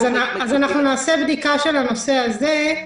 אז אנחנו נעשה בדיקה של הנושא הזה.